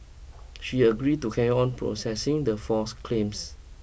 she agreed to carry on processing the false claims